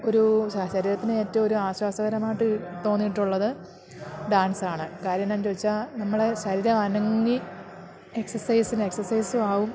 ഒരൂ ശരീരത്തിന് ഏറ്റവും ഒരു ആശ്വാസകരമായിട്ട് തോന്നിയിട്ടുള്ളത് ഡാൻസ് ആണ് കാര്യം എന്താണെന്ന് ചോദിച്ചാൽ നമ്മൾ ശരീരം അനങ്ങി എക്സസൈസിന് എക്സസൈസും ആകും